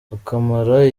akamara